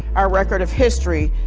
our record of history,